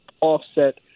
offset